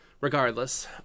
Regardless